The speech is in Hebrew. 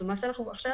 למעשה אנחנו עכשיו,